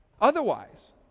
Otherwise